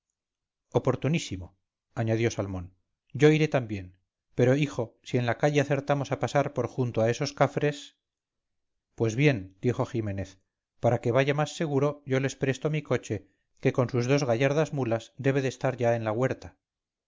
oportunísimo añadió salmón yo iré también pero hijo si en la calle acertamos a pasar por junto a esos cafres pues bien dijo ximénez para quevaya más seguro yo les presto mi coche que con sus dos gallardas mulas debe de estar ya en la huerta